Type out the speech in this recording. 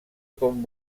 com